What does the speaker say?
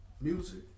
music